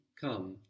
come